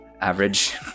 average